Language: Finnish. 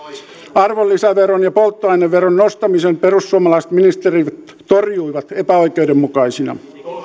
arvonlisäveron ja polttoaineveron nostamisen perussuomalaiset ministerit torjuivat epäoikeudenmukaisina